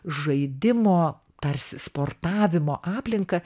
žaidimo tarsi sportavimo aplinką